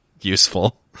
useful